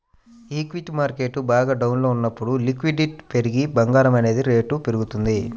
equity market బాగా డౌన్లో ఉన్నప్పుడు లిక్విడిటీ పెరిగి బంగారం అనేది రేటు పెరుగుతుంది